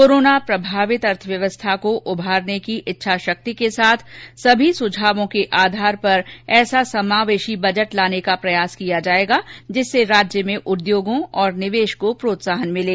corona स्न प्रभावित अर्थव्यस्था को उमारने की इच्छा शक्ति के साथ सभी सुझावों को आधार पर ऐसा समावेशी बजट लाने का प्रयास करेंगे जिससे राज्य में उद्योगों और निवेश को प्रोत्साहन मिले